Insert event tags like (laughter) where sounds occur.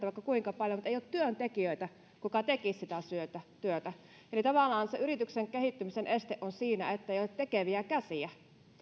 (unintelligible) vaikka kuinka paljon mutta ei ole työntekijöitä ketkä tekisivät sitä työtä eli tavallaan se yrityksen kehittymisen este on siinä ettei ole tekeviä käsiä